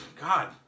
God